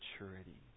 Maturity